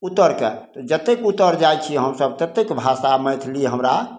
उत्तरके जतेक उत्तर जाइ छी हमसब ततेक भाषा मैथिली हमरा